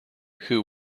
who